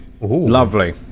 Lovely